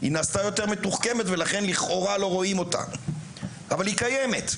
היא נעשתה יותר מתוחכמת ולכן לכאורה לא רואים אותה אבל היא קיימת,